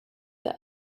the